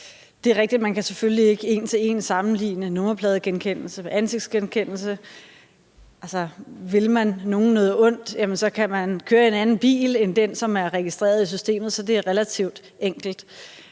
selvfølgelig ikke en til en kan sammenligne nummerpladegenkendelse med ansigtsgenkendelse. Vil man nogen noget ondt, kan man køre i en anden bil end den, som er registreret i systemet, så det er relativt enkelt.